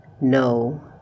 no